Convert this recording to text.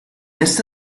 esta